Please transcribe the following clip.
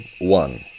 one